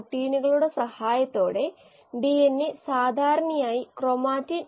50 metre വ്യാസമുള്ള pipe വലുപ്പം സങ്കൽപ്പിക്കാൻ പോലും കഴിയില്ല